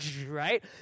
right